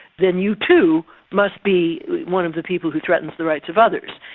then you too must be one of the people who threatens the rights of others.